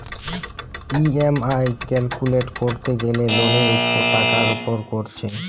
EMI calculate কোরতে গ্যালে লোনের টাকার উপর কোরছে